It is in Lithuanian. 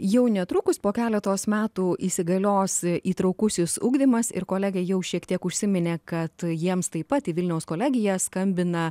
jau netrukus po keletos metų įsigalios įtraukusis ugdymas ir kolegė jau šiek tiek užsiminė kad jiems taip pat į vilniaus kolegiją skambina